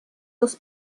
los